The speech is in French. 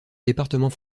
département